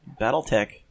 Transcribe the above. Battletech